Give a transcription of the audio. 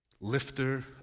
Lifter